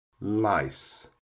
lice